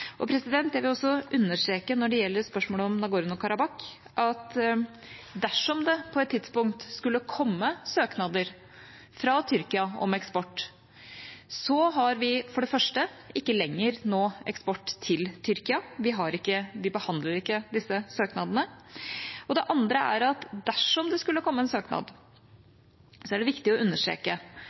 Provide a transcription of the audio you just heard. Jeg vil også understreke, når det gjelder spørsmålet om Nagorno-Karabakh, at dersom det på et tidspunkt skulle komme søknader fra Tyrkia om eksport, har vi for det første nå ikke lenger eksport til Tyrkia – vi behandler ikke disse søknadene. Det andre er at dersom det skulle komme en søknad, er det viktig å understreke